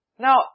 Now